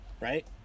Right